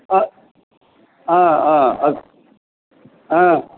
अ अ आ अस्तु आ